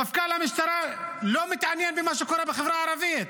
מפכ"ל המשטרה לא מתעניין במה שקורה בחברה הערבית.